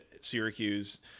Syracuse